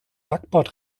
backbord